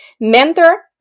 mentor